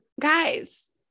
guys